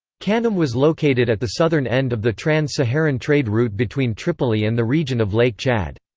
kanem was located at the southern end of the trans-saharan trade route between tripoli and the region of lake chad.